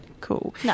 Cool